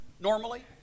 normally